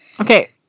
Okay